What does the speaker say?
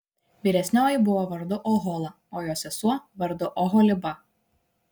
vyresnioji buvo vardu ohola o jos sesuo vardu oholiba